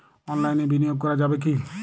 অনলাইনে বিনিয়োগ করা যাবে কি?